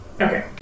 Okay